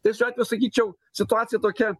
tai šiuo atveju sakyčiau situacija tokia